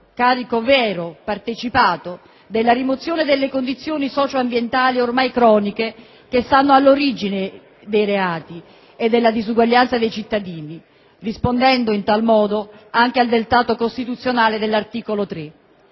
carico vero, partecipato, della rimozione delle condizioni socio-ambientali ormai croniche che stanno all'origine dei reati e della disuguaglianza dei cittadini, rispondendo in tal modo anche al dettato costituzionale dell'articolo 3.